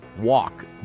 Walk